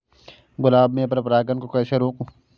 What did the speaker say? गुलाब में पर परागन को कैसे रोकुं?